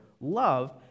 love